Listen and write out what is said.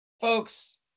Folks